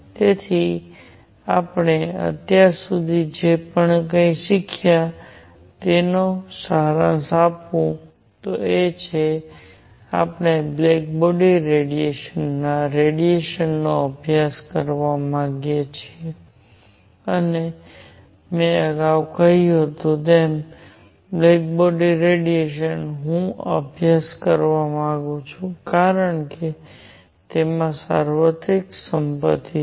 તેથી આપણે અત્યાર સુધી જે કંઈ શીખ્યા છીએ તેનો સારાંશ આપું છું તે એ છે આપણે બ્લેક બોડી ના રેડિયેશન નો અભ્યાસ કરવા માંગીએ છીએ અને મેં અગાઉ કહ્યું તેમ બ્લેક બોડી રેડિયેશન હું અભ્યાસ કરવા માંગુ છું કારણ કે તેમાં સાર્વત્રિક સંપત્તિ છે